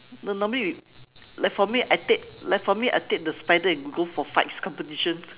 no normally we like for me I take like for me I take the spider and go for fights competition